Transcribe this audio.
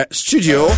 studio